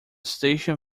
station